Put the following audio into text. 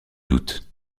doute